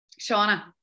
Shauna